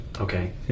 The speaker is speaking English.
Okay